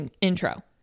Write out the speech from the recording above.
intro